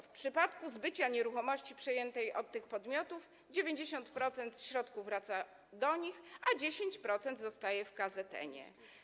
W przypadku zbycia nieruchomości przejętej od tych podmiotów 90% środków wraca do nich, a 10% zostaje w KZN.